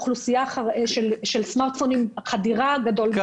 חדירה גדולה של סמארטפונים באוכלוסייה.